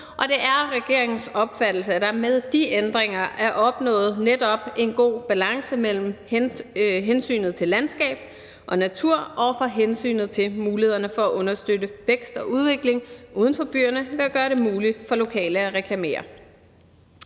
og det er regeringens opfattelse, at der med de ændringer er opnået netop en god balance mellem hensynet til landskab og natur over for hensynet til mulighederne for at understøtte vækst og udvikling uden for byerne ved at gøre det muligt for lokale at reklamere.